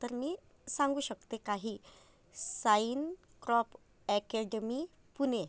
तर मी सांगू शकते काही साईन क्रॉप अॅकेडमी पुणे